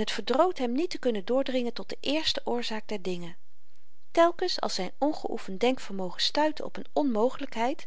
het verdroot hem niet te kunnen doordringen tot de eerste oorzaak der dingen telkens als zyn ongeoefend denkvermogen stuitte op n onmogelykheid